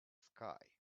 sky